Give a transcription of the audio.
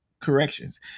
corrections